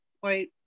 white